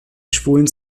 schwulen